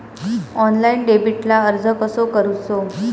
Online डेबिटला अर्ज कसो करूचो?